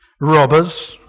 robbers